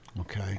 Okay